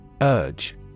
URGE